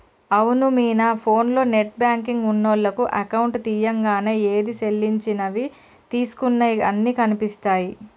అవును మీనా ఫోన్లో నెట్ బ్యాంకింగ్ ఉన్నోళ్లకు అకౌంట్ తీయంగానే ఏది సెల్లించినవి తీసుకున్నయి అన్ని కనిపిస్తాయి